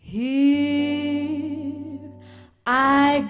he i